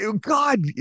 God